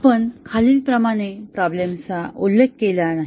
आपण खालीलप्रमाणे प्रॉब्लेम्सचा उल्लेख केला नाही